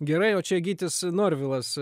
gerai o čia gytis norvilas